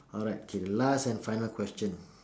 alright K last and final question